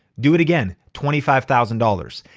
do it again, twenty five thousand dollars.